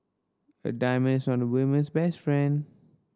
a diamond's on a woman's best friend